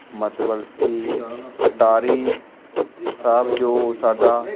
ਮਤਲਬ ਅਟਾਰੀ ਸਾਹਿਬ ਜੋ ਸਾਡਾ